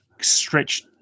stretch